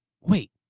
Wait